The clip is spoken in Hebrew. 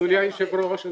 אדוני היושב-ראש,